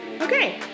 Okay